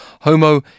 homo